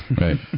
Right